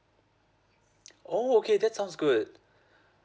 oh okay that sounds good